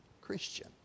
Christian